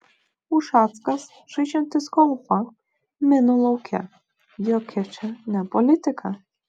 ušackas žaidžiantis golfą minų lauke jokia čia ne politika